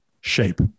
shape